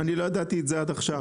אני לא ידעתי את זה עד עכשיו.